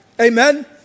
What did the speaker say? Amen